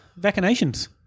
vaccinations